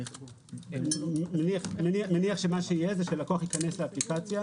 אני מניח שלקוח ייכנס לאפליקציה.